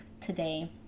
today